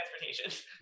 transportation